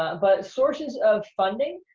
but sources of funding.